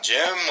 Jim